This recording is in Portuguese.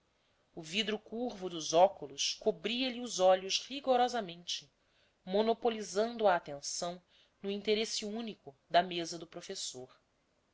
o vidro curvo dos óculos cobria-lhe os olhos vigorosamente monopolizando a atenção no interesse único da mesa do professor